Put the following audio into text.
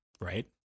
Right